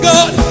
God